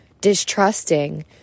distrusting